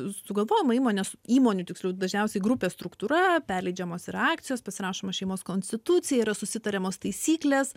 sugalvojama įmonės įmonių tiksliau dažniausiai grupės struktūra perleidžiamos yra akcijos pasirašoma šeimos konstitucija yra susitariamos taisyklės